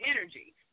energy